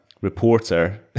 reporter